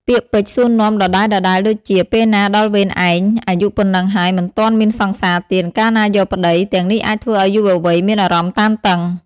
ពាក្យពេចន៍សួរនាំដដែលៗដូចជា ពេលណាដល់វេនឯង អាយុប៉ុណ្ណឹងហើយមិនទាន់មានសង្សារទៀត កាលណាយកប្តី ទាំងនេះអាចធ្វើឲ្យយុវវ័យមានអារម្មណ៍តានតឹង ។